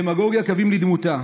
הדמגוגיה, קווים לדמותה.